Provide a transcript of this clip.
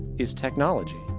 is technology.